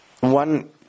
one